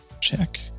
check